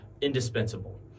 indispensable